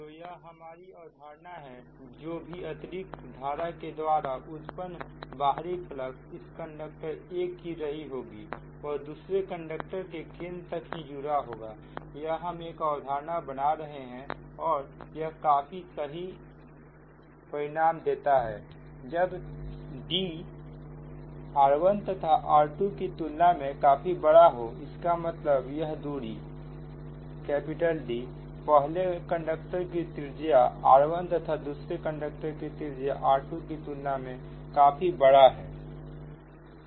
तो यह हमारी अवधारणा है जो भी अतिरिक्त धारा के द्वारा उत्पन्न बाहरी फ्लक्स इस कंडक्टर 1 की रही होगी वह दूसरे कंडक्टर के केंद्र तक ही जुड़ा होगा यह हम एक अवधारणा बना रहे हैं और यह काफी सही परिणाम देता है जब D r1 तथा r2 की तुलना में काफी बड़ा हो इसका मतलब यह दूरी D पहले कंडक्टर की त्रिज्या r1 तथा दूसरे कंडक्टर की त्रिज्या r2 की तुलना में काफी बड़ा है